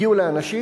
הגיעו אלי אנשים,